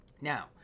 Now